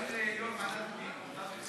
גם ליו"ר ועדת הפנים, מותר לך.